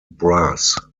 brass